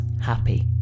happy